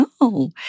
No